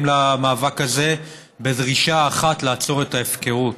למאבק הזה בדרישה אחת: לעצור את ההפקרות.